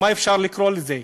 איך אפשר לקרוא לזה?